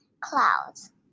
Clouds